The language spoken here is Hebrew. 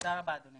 תודה רבה אדוני